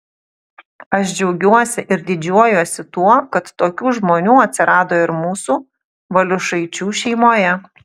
aš džiaugiuosi ir didžiuojuosi tuo kad tokių žmonių atsirado ir mūsų valiušaičių šeimoje